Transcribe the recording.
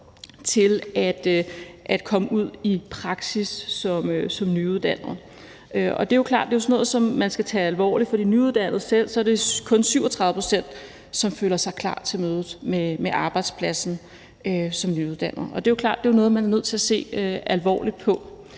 til at komme ud i praksis som nyuddannede. Det er klart, at det er sådan noget, som man skal tage alvorligt. For de nyuddannede selv er det kun 37 pct., som føler sig klar til mødet med arbejdspladsen. Det er klart, at det er noget, man er nødt til at se alvorligt på.